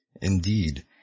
Indeed